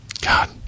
God